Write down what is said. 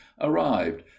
arrived